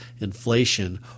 inflation